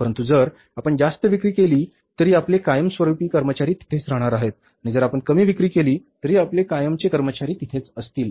परंतु जर आपण जास्ती विक्री केली तरी आपले कायमस्वरूपी कर्मचारी तिथेच राहणार आहेत आणि जर आपण कमी विक्री केली तरी आपले कायमचे कर्मचारी तिथेच असतील